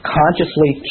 consciously